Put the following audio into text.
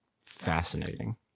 Fascinating